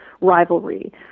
rivalry